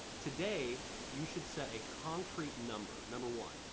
today you should set a concrete number. number one,